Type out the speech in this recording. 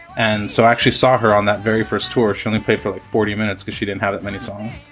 and so actually saw her on that very first tour. she only played for like forty minutes because she didn't have that many songs.